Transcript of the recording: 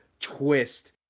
twist